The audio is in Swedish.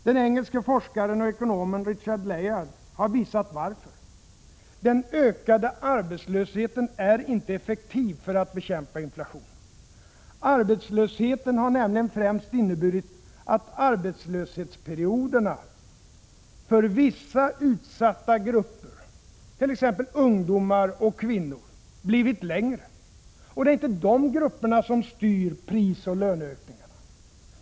Den engelska forskaren och ekonomen Richard Layard har visat varför: den ökade arbetslösheten är inte effektiv för att bekämpa inflationen. Arbetslösheten har nämligen främst inneburit att arbetslöshetsperioderna för vissa utsatta grupper, t.ex. ungdomar och kvinnor, blivit längre. Och det är inte de grupperna som styr prisoch löneökningarna.